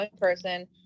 person